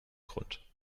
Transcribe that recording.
grund